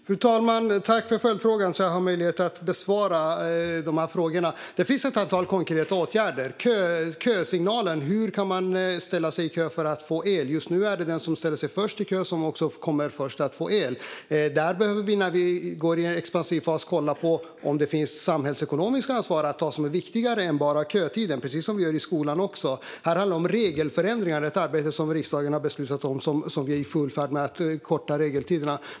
Fru talman! Tack, Linda Modig, för följdfrågan som ger mig möjlighet att besvara frågorna. Det finns ett antal konkreta åtgärder. Det handlar om kösignalen - hur man kan ställa sig i kö för att få el. Just nu är det den som först ställer sig i kö som också först kommer att få el. När vi går in i en expansiv fas behöver vi kolla på om det finns ett samhällsekonomiskt ansvar som är viktigare att ta hänsyn till än bara kötiden, precis som vi gör i skolan. Här handlar det om regelförändringar - ett arbete som riksdagen har beslutat om. Vi är i full färd med att korta kötiderna.